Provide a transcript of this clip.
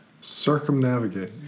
Circumnavigate